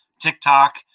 TikTok